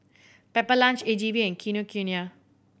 Pepper Lunch A G V and Kinokuniya